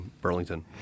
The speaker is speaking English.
Burlington